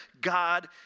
God